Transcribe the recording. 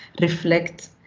reflect